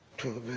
to the